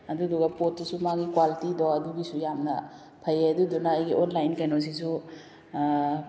ꯑꯗꯨꯗꯨꯒ ꯄꯣꯠꯇꯨꯁꯨ ꯃꯥꯒꯤ ꯀ꯭ꯋꯥꯂꯤꯇꯤꯗꯣ ꯑꯗꯨꯒꯤꯁꯨ ꯌꯥꯝꯅ ꯐꯩ ꯑꯗꯨꯗꯨꯅ ꯑꯩꯒꯤ ꯑꯣꯟꯂꯥꯏꯟ ꯀꯩꯅꯣꯁꯤꯁꯨ